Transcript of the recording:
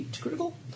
critical